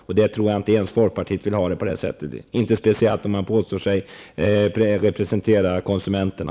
Jag tror inte ens folkpartiet vill ha det på det sättet i fortsättningen, särskilt inte som man påstår sig representera konsumenterna.